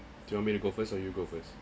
do you want me to go first or you go first